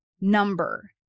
number